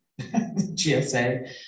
GSA